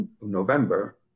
November